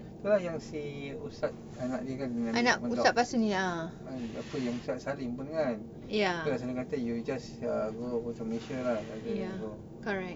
tu lah yang si ustaz anak dia kan remember murdoch apa yang ustaz salim pun kan you just uh go over to malaysia lah rather than go